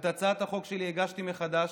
את הצעת החוק שלי הגשתי מחדש,